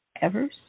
Evers